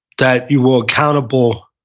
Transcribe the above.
that you were accountable.